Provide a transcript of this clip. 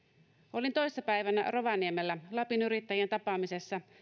olin toissa päivänä rovaniemellä lapin yrittäjien tapaamisessa